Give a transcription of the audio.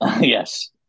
Yes